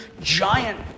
giant